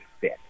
fit